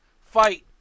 fight